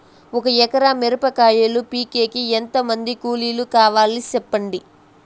ఒక ఎకరా మిరప కాయలు పీకేకి ఎంత మంది కూలీలు కావాలి? సెప్పండి?